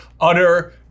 utter